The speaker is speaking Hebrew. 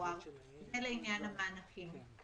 "רווח הון" כהגדרתו בסעיף 88 לפקודה,